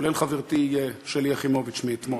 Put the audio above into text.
כולל חברתי שלי יחימוביץ מאתמול.